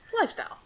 Lifestyle